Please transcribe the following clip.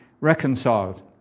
reconciled